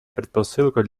предпосылкой